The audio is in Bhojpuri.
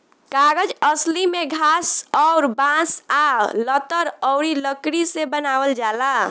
कागज असली में घास अउर बांस आ लतर अउरी लकड़ी से बनावल जाला